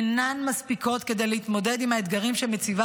אינן מספיקות כדי להתמודד עם האתגרים שמציבה